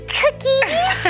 cookies